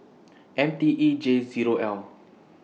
M T E J Zero L